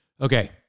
Okay